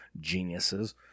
geniuses